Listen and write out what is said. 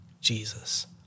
Jesus